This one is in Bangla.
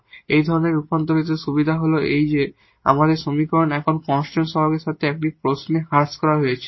সুতরাং এই ধরনের রূপান্তরের সুবিধা হল যে এই সমীকরণটি এখন কনস্ট্যান্ট কোইফিসিয়েন্টের সাথে একটি প্রশ্নে হ্রাস করা হয়েছে